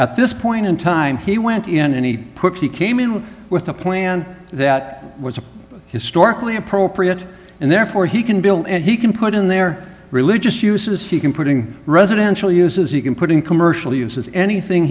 at this point in time he went in any put he came in with a plan that was historically appropriate and therefore he can build and he can put in their religious uses he can putting residential uses you can put in commercial uses anything